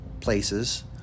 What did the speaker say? places